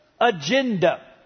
agenda